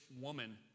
woman